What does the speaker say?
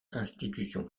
institution